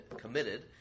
committed